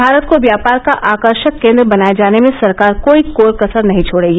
भारत को व्यापार का आकर्षक केन्द्र बनाए जाने में सरकार कोई कसर नहीं छोडेगी